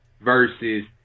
versus